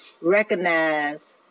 recognize